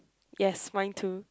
yes mine too